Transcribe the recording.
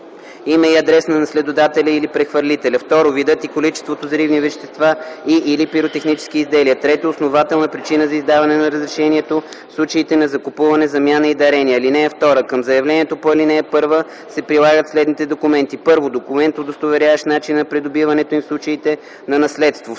име и адрес на наследодателя или прехвърлителя; 2. видът и количеството взривни вещества и/или пиротехническите изделия; 3. основателна причина за издаване на разрешението в случаите на закупуване, замяна и дарение. (2) Към заявлението по ал. 1 се прилагат следните документи: 1. документ, удостоверяващ начина на придобиването им в случаите на наследство;